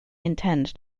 intend